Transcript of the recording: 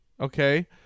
okay